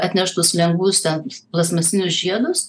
atneštus lengvus ten plastmasinius žiedus